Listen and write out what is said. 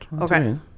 Okay